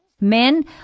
Men